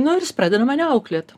nu ir jis pradeda mane auklėt